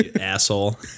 asshole